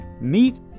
meet